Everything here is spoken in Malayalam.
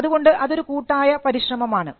അതുകൊണ്ട് അതൊരു കൂട്ടായ പരിശ്രമം ആണ്